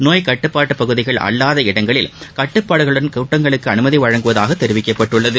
நோய்க் கட்டுப்பாட்டு பகுதிகள் அல்லாத இடங்களில் கட்டுப்பாடுகளுடன் கூட்டங்களுக்கு அனுமதி வழங்குவதாகத் தெரிவிக்கப்பட்டுள்ளது